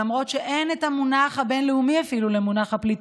למרות שאין אפילו, את המונח הבין-לאומי לפליטות.